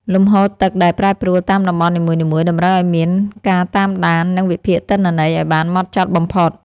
លំហូរទឹកដែលប្រែប្រួលតាមតំបន់នីមួយៗតម្រូវឱ្យមានការតាមដាន និងវិភាគទិន្នន័យឱ្យបានហ្មត់ចត់បំផុត។